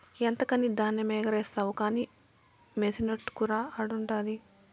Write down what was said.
ఎంతకని ధాన్యమెగారేస్తావు కానీ మెసినట్టుకురా ఆడుండాది